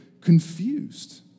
confused